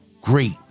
great